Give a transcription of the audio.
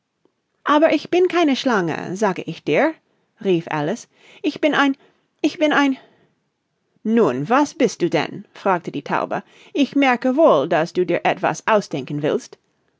aber ich bin keine schlange sage ich dir rief alice ich bin ein ich bin ein nun was bist du denn fragte die taube ich merke wohl daß du dir etwas ausdenken willst